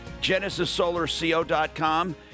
GenesisSolarCO.com